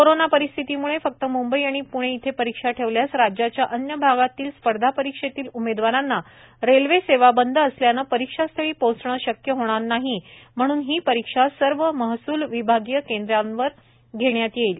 corona परिस्थितीम्ळे फक्त म्ंबई आणि प्णे येथे परीक्षा ठेवल्यास राज्याच्या अन्य भागातील स्पर्धा परिक्षेतील उमेदवारांना रेल्वे सेवा बंद असल्याने परीक्षास्थळी पोहचणे शक्य होणार नाही म्हणून ही परीक्षा सर्व महसूल विभागीय केंद्रांवर घेण्यात येईल